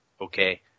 Okay